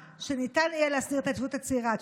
שניתן יהיה להסדיר את ההתיישבות הצעירה.